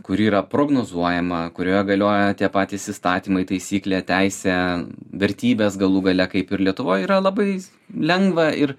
kuri yra prognozuojama kurioje galioja tie patys įstatymai taisyklė teisė vertybės galų gale kaip ir lietuvoj yra labai lengva ir